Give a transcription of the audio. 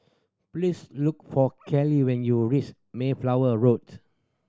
please look for Kellie when you reach Mayflower Road